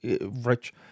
rich